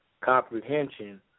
comprehension